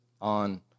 on